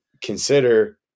consider